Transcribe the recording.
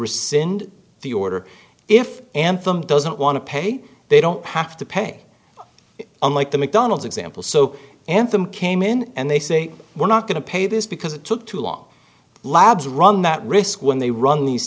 rescind the order if anthem doesn't want to pay they don't have to pay unlike the mcdonald's example so anthem came in and they say we're not going to pay this because it took too long labs run that risk when they run these